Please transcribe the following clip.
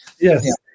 Yes